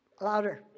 Louder